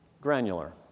granular